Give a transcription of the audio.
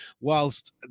whilst